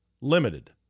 limited